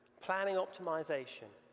planning optimization,